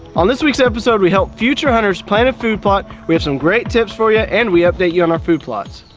on this week's episode we help future hunters plant a food plot, we have some great tips for you, yeah and we update you on our food plots.